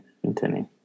continue